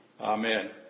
Amen